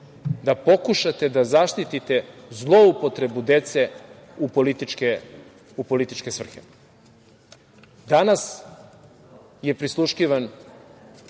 da pokušate da zaštitite zloupotrebu dece u političke svrhe. Danas je prisluškivan,